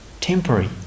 temporary